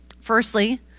Firstly